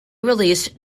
released